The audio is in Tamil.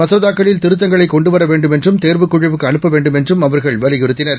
மசோதாக்களில்திருத்தங்களைகொண்டுவரவேண்டும்என்று ம் தேர்வுக்குழுவுக்குஅனுப்பவேண்டும்என்றும்அவர்கள்வலியுறு த்தினர்